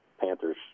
Panthers